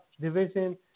division